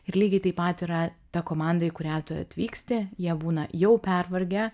ir lygiai taip pat yra ta komanda į kurią tu atvyksti jie būna jau pervargę